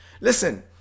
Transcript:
Listen